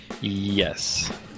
yes